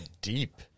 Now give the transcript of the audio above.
Deep